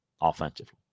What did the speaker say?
offensively